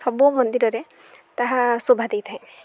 ସବୁ ମନ୍ଦିରରେ ତାହା ଶୋଭା ଦେଇଥାଏ